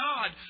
God